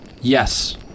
Yes